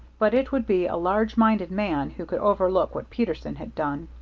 but it would be a large-minded man who could overlook what peterson had done.